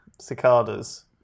cicadas